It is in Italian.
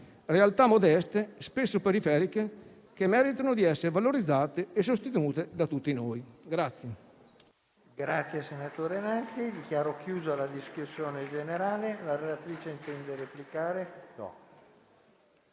realtà modeste e spesso periferiche che meritano di essere valorizzate e sostenute da tutti noi.